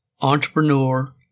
entrepreneur